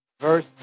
Verse